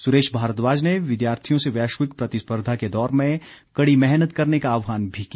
सुरेश भारद्वाज ने विद्यार्थियों से वैश्विक प्रतिस्पर्धा के दौर में कड़ी मेहनत करने का आह्वान भी किया